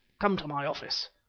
come to my office.